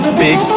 big